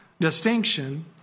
distinction